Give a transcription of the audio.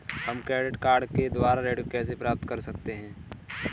हम credit card के द्वारा ऋण कैसे प्राप्त कर सकते हैं?